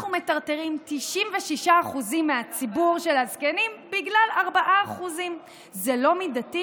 אנחנו מטרטרים 96% מהציבור של הזקנים בגלל 4%. זה לא מידתי